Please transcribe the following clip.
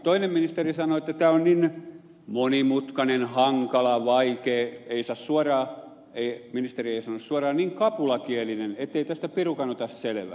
toinen ministeri sanoo että tämä on niin monimutkainen hankala vaikea ministeri ei sanonut suoraan niin kapulakielinen asia ettei tästä pirukaan ota selvää